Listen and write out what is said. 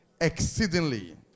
exceedingly